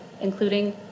including